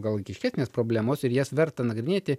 gal ryškesnės problemos ir jas verta nagrinėti